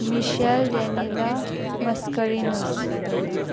Mitchell Daniela Mascarenhas